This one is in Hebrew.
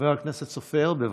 חבר הכנסת סופר, בבקשה.